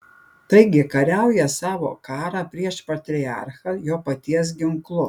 taigi kariauja savo karą prieš patriarchą jo paties ginklu